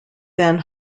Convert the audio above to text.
then